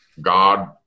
God